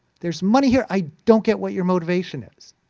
there's money here. i don't get what your motivation is.